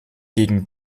gegen